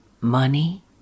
money